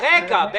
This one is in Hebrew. רגע.